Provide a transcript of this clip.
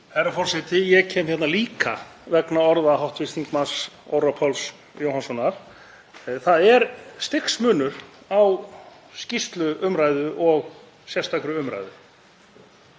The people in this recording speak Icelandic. Herra forseti. Ég kem hérna líka vegna orða hv. þm. Orra Páls Jóhannssonar. Það er stigsmunur á skýrsluumræðu og sérstakri umræðu.